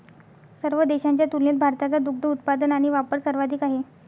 सर्व देशांच्या तुलनेत भारताचा दुग्ध उत्पादन आणि वापर सर्वाधिक आहे